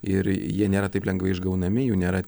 ir jie nėra taip lengvai išgaunami jų nėra